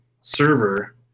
server